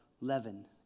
leaven